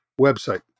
website